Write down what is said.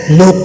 no